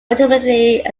ultimately